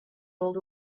old